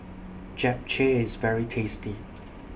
Japchae IS very tasty